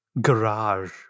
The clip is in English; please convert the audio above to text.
Garage